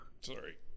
Sorry